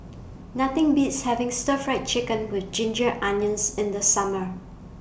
Nothing Beats having Stir Fried Chicken with Ginger Onions in The Summer